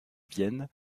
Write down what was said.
vienne